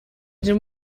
den